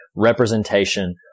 Representation